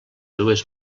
dues